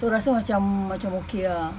so rasa macam macam okay lah